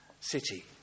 city